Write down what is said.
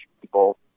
people